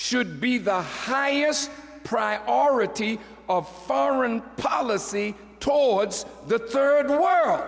should be the highest priority of foreign policy towards the third world